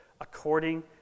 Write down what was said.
according